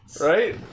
Right